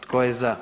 Tko je za?